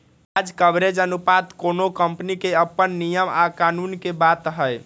ब्याज कवरेज अनुपात कोनो कंपनी के अप्पन नियम आ कानून के बात हई